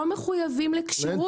לא מחויבים לכשירות,